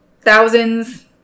thousands